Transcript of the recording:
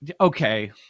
Okay